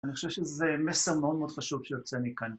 אני חושב שזה מסר מאוד מאוד חשוב שיוצא מכאן.